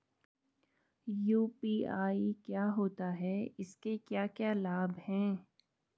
UPI क्या होता है इसके क्या क्या लाभ हैं?